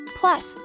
Plus